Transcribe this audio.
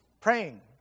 praying